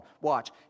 Watch